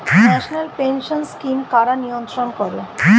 National pension scheme কারা নিয়ন্ত্রণ করে?